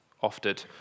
offered